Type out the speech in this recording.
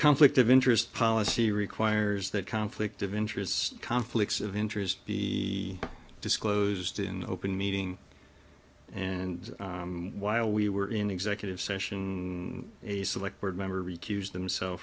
conflict of interest policy requires that conflict of interest conflicts of interest be disclosed in the open meeting and while we were in executive session a select board member recused himsel